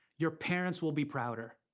your parents will be prouder.